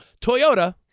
Toyota